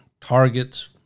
targets